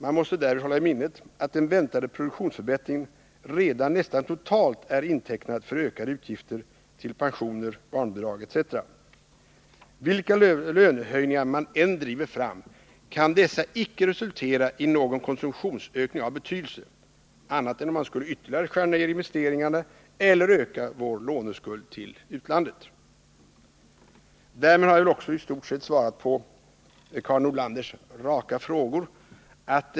Man måste därvid hålla i minnet att den väntade produktionsförbättringen redan nästan totalt är intecknad för ökade utgifter till pensioner, barnbidrag etc. Vilka lönehöjningar man än driver fram, kan dessa därför icke resultera i någon konsumtionsökning av betydelse, annat än om man skulle ytterligare skära ner investeringarna eller öka vår låneskuld till utlandet. Därmed har jag väl också i stort sett svarat på Karin Nordlanders raka frågor.